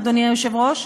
אדוני היושב-ראש,